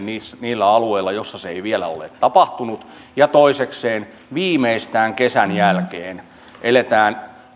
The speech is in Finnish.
niillä alueilla joilla se ei vielä ole tapahtunut ja toisekseen viimeistään kesän jälkeen kun eletään